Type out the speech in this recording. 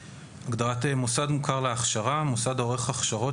"מוסד מוכר להכשרה" מוסד העורך הכשרות